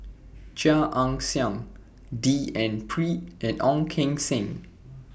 Chia Ann Siang D N Pritt and Ong Keng Sen